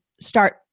start